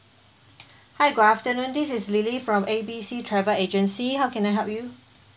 hi good afternoon this is lily from A B C travel agency how can I help you